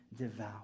devour